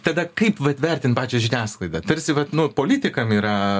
tada kaip vat vertint pačią žiniasklaidą tarsi vat nu politikam yra